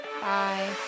bye